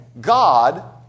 God